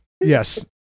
Yes